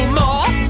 more